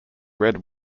red